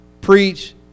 preach